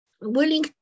willing